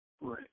Right